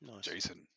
Jason